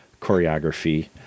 choreography